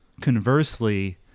conversely